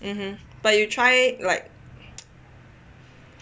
mmhmm but you try like